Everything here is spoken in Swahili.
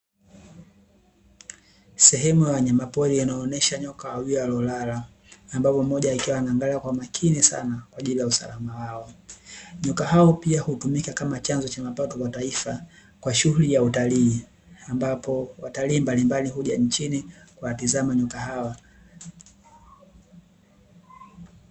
Sehemu ya wanyama pori inayoonyesha nyoka wawili waliolala ambapo mmoja akiwa anaangalia kwa makini sana kwaajili ya usalama wao. Nyoka hao pia hutumika kama chanzo cha mapato kwa taifa kwa shughuli ya utalii ambapo watalii mbalimbali huja nchini kuwatazama nyoka hawa.